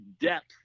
depth